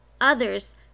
others